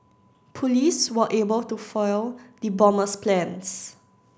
police were able to foil the bomber's plans